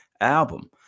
album